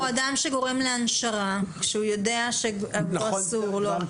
או אדם שגורם להנשרה, שיודע שאסור לו.